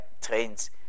trains